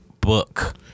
Book